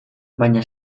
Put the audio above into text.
baina